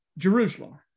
Jerusalem